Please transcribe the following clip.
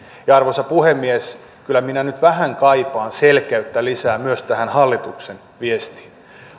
ja arvoisa puhemies kyllä minä nyt vähän kaipaan selkeyttä lisää myös tähän hallituksen viestiin